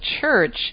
church